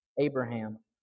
Abraham